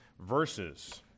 verses